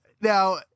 now